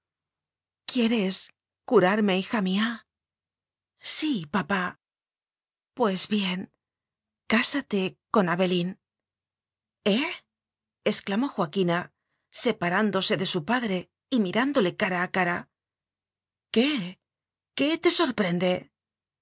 quieres curarme hija mía sí papá pues bien cásate con abelín eh exclamó joaquina separándose de su padre y mirándole cara a cara qué qué te sorprende